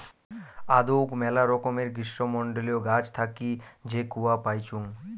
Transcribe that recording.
আদৌক মেলা রকমের গ্রীষ্মমন্ডলীয় গাছ থাকি যে কূয়া পাইচুঙ